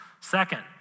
Second